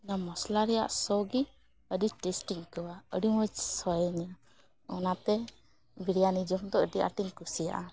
ᱚᱱᱟ ᱢᱚᱥᱞᱟ ᱨᱮᱭᱟᱜ ᱥᱚ ᱜᱮ ᱟᱹᱰᱤ ᱴᱮᱹᱥᱴᱤᱧ ᱟᱹᱭᱠᱟᱹᱣᱟ ᱟᱹᱰᱤ ᱢᱚᱡᱽ ᱥᱚᱭᱤᱧᱟ ᱚᱱᱟᱛᱮ ᱵᱤᱨᱤᱭᱟᱱᱤ ᱡᱚᱢ ᱫᱚ ᱟᱹᱰᱤ ᱟᱸᱴᱤᱧ ᱠᱩᱥᱤᱭᱟᱜᱼᱟ